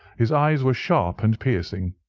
his eyes were sharp and piercing,